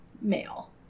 male